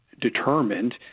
determined